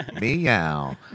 Meow